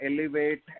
elevate